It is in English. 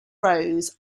rose